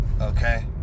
okay